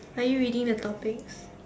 are you reading the topics